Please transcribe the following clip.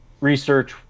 research